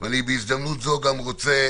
בהזדמנות זו אני רוצה